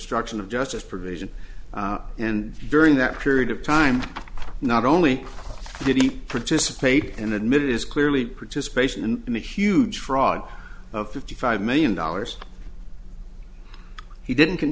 obstruction of justice provision and during that period of time not only did he participate and admit it is clearly participation in the huge fraud of fifty five million dollars he didn't c